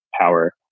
power